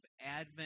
Advent